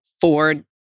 Ford